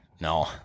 No